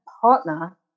partner